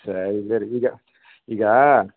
ಸಾ ಇಲ್ಲಾರೀ ಈಗ ಈಗ